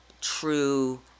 true